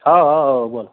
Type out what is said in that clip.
हो हो हो बोला